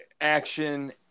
action